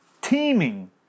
Teeming